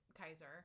Kaiser